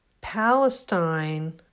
Palestine